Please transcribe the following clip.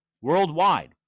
worldwide